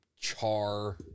char